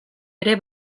ere